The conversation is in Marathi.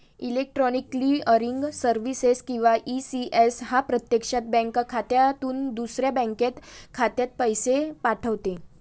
इलेक्ट्रॉनिक क्लिअरिंग सर्व्हिसेस किंवा ई.सी.एस हा प्रत्यक्षात बँक खात्यातून दुसऱ्या बँक खात्यात पैसे पाठवणे